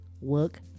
work